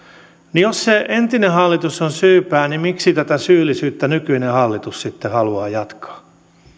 niin jos se entinen hallitus on syypää niin miksi tätä syyllisyyttä nykyinen hallitus sitten haluaa jatkaa